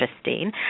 interesting